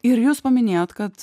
ir jūs paminėjot kad